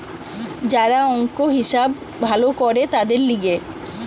যারা অংক, হিসাব ভালো করে তাদের লিগে